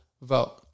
vote